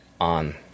on